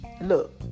Look